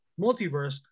multiverse